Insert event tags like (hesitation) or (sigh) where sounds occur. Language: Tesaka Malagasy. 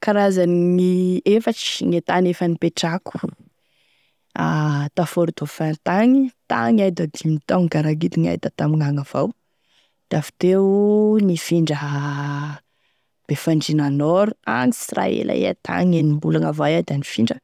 Karazany efatry e tany nipetrako, (hesitation) ta Fort dauphin tagny, tagny iay da dimy taogny ngaragidiny da tamignagny avao da avy teo nifindra Befandriana Nord agny sy raha ela iah tagny enimbolagny avao iay da nifindra,